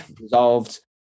resolved